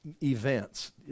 events